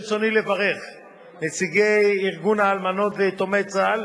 ברצוני לברך את נציגי ארגון אלמנות ויתומי צה"ל